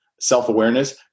self-awareness